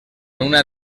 una